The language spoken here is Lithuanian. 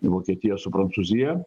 vokietiją su prancūzija